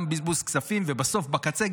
גם בזבוז כספים ובסוף בקצה,